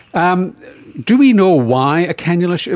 um do we know why a cannula, so